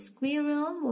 Squirrel